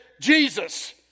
Jesus